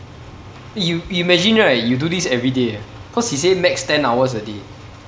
you you imagine right you do this everyday eh cause he say max ten hours a day